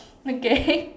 okay